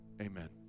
Amen